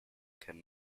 can